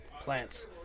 Plants